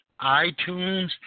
iTunes